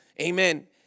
Amen